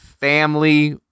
Family